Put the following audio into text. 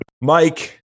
Mike